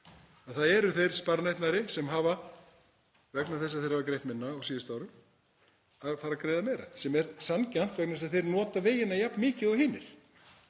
það eru þeir sparneytnari, vegna þess að þeir hafa greitt minna á síðustu árum, sem fara að greiða meira, sem er sanngjarnt vegna þess að þeir nota vegina jafn mikið og hinir.